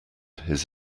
his